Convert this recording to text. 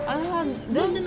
asal